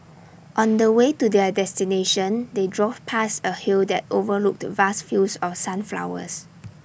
on the way to their destination they drove past A hill that overlooked the vast fields of sunflowers